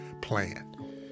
plan